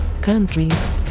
countries